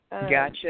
Gotcha